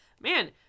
man